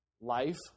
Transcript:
life